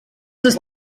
ist